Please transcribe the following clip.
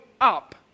up